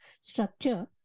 structure